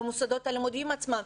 במוסדות הלימוד עצמם.